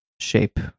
shape